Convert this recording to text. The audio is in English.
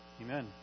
amen